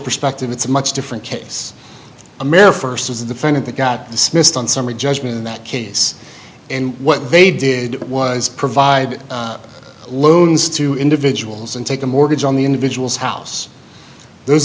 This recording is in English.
perspective it's a much different case amir first was the friend of the got dismissed on summary judgment in that case and what they did was provide loans to individuals and take a mortgage on the individuals house those